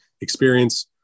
experience